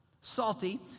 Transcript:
salty